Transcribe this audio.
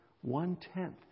one-tenth